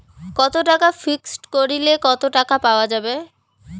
কত টাকা ফিক্সড করিলে কত টাকা পাওয়া যাবে?